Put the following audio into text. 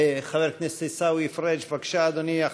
חבר הכנסת עיסאווי פריג', בבקשה, אדוני.